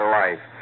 life